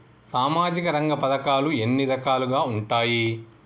సామాజిక రంగ పథకాలు ఎన్ని రకాలుగా ఉంటాయి?